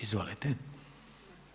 Izvolite.